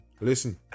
Listen